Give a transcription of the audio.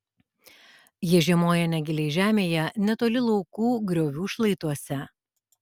jie žiemoja negiliai žemėje netoli laukų griovių šlaituose